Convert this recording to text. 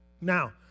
Now